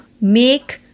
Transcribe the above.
Make